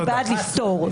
אני בעד לפתור.